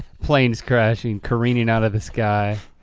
planes crashing, careening out of the sky.